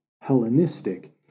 Hellenistic